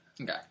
Okay